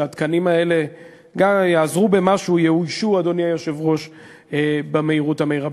שהתקנים האלה יעזרו במשהו ויאוישו במהירות המרבית.